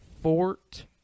Fort